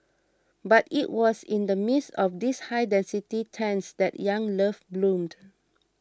but it was in the midst of these high density tents that young love bloomed